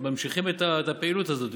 ממשיכים את הפעילות הזאת,